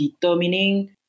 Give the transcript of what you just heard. determining